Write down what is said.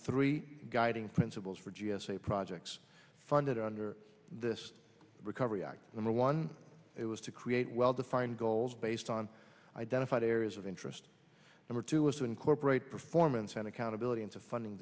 three guiding principles for g s a projects funded under this recovery act number one it was to create well defined goals based on identified areas of interest number two was to incorporate performance and accountability into funding